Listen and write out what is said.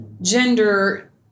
gender